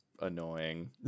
annoying